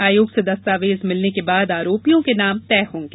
आयोग से दस्तावेज मिलने के बाद आरोपियों के नाम तय होंगे